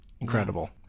incredible